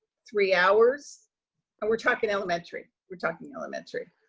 three hours and we're talking elementary, we're talking elementary.